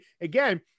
again